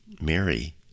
Mary